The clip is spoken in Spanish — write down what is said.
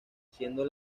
siendo